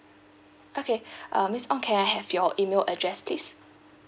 okay um miss ong can I have your email address please